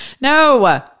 No